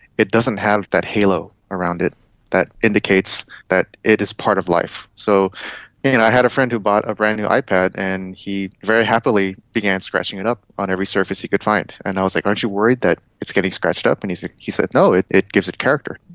it doesn't have that halo around it that indicates that it is part of life. so and i had a friend who bought a brand-new ipad and he very happily began scratching it up on every surface he could find. and i was, like, aren't you worried that it's getting scratched up? and he so he said, no, it it gives it character.